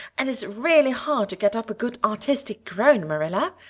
and it's really hard to get up a good artistic groan, marilla.